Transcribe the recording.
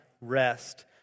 rest